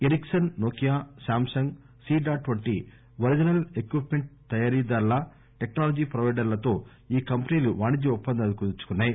Ericsson Nokia Samsung C DOT వంటి original equipment తయారీదారుల technology స్రొవైడర్లతో ఈ కంపెనీలు వాణిజ్య ఒప్పందాలు కుదుర్చుకున్నాయి